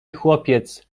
chłopiec